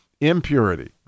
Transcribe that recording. impurity